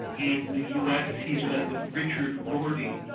in the us, he's met with richard rorty.